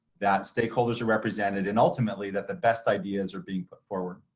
that stakeholders are represented and ultimately that the best ideas are being put forward.